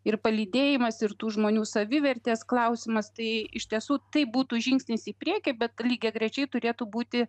ir palydėjimas ir tų žmonių savivertės klausimas tai iš tiesų tai būtų žingsnis į priekį bet lygiagrečiai turėtų būti